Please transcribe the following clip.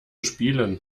spielen